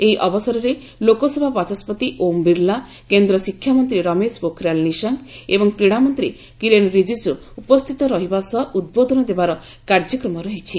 ଏହି ଅବସରରେ ଲୋକସଭା ବାଚସ୍କତି ଓମ୍ ବିର୍ଲା କେନ୍ଦ୍ର ଶିକ୍ଷାମନ୍ତ୍ରୀ ରମେଶ ପୋଖରିଆଲ ନିଶଙ୍କ ଏବଂ କ୍ରୀଡାମନ୍ତ୍ରୀ କିରେଣ ରିଜିଜ୍ ଉପସ୍ଥିତ ରହିବା ସହ ଉଦ୍ବୋଧନ ଦେବାର କାର୍ଯ୍ୟକ୍ରମ ରହିଛି